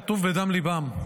הכתוב בדם ליבם,